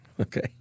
Okay